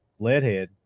leadhead